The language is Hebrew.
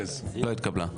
לא התקבלה.